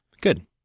Good